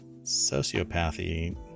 sociopathy